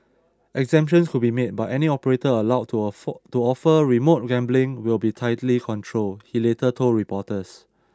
exemptions could be made but any operator allowed to to offer remote gambling will be tightly controlled he later told reporters